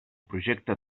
projecte